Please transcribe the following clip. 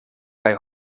kaj